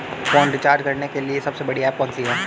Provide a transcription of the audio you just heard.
Phone recharge करने के लिए सबसे बढ़िया ऐप कौन सी है?